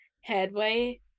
headway